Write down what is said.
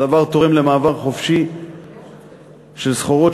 הדבר תורם למעבר חופשי של סחורות,